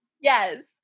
yes